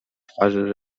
twarzy